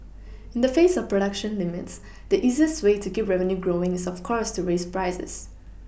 in the face of production limits the easiest way to keep revenue growing is of course to raise prices